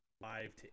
Five